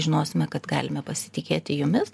žinosime kad galime pasitikėti jumis